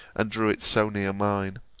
and drew it so near mine,